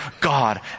God